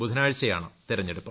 ബുധനാഴ്ചയാണ് തെരഞ്ഞെടുപ്പ്